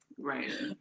right